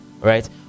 right